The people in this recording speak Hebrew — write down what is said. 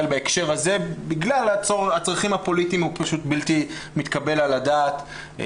בהקשר הזה בגלל הצרכים הפוליטיים הוא פשוט בלתי מתקבל על הדעת.